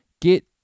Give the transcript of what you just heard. Get